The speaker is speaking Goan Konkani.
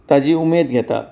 ताजी उमेद घेता